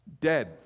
dead